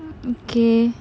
mm okay